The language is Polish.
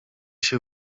się